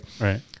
Right